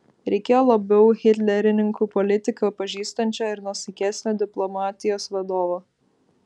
reikėjo labiau hitlerininkų politiką pažįstančio ir nuosaikesnio diplomatijos vadovo